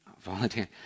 Volunteer